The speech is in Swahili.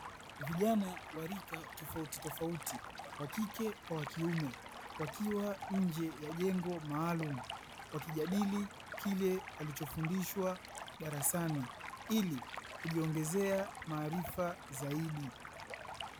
Vijana wa rika tofautitofauti (wa kike kwa wa kiume) wakiwa nje ya jengo maalumu, wakijadili kile walichofundishwa darasani ili kujiongezea maarifa zaidi.